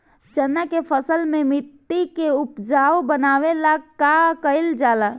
चन्ना के फसल में मिट्टी के उपजाऊ बनावे ला का कइल जाला?